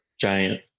giant